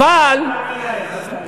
אל תאמין להם, אל תאמין להם.